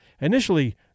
Initially